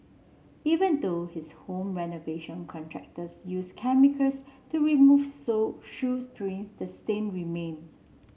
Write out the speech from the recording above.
even though his home renovation contractors used chemicals to remove show shoes prints the stain remained